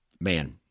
Man